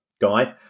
guy